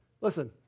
Listen